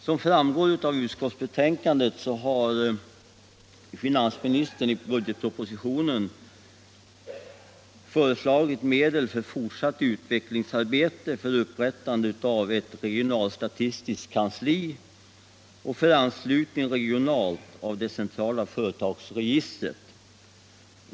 Såsom framgår av utskottsbetänkandet har finansministern i budgetpropositionen föreslagit medel till fortsatt utvecklingsarbete för upprättande av ett regionalstatistiskt kansli och för anslutning regionalt av det centrala företagsregistret.